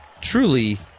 truly